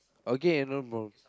okay no problem